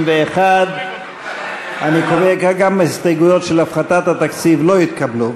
61. אני קובע כי גם ההסתייגויות של הפחתת התקציב לא התקבלו.